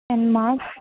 and marks